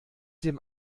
dem